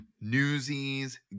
Newsies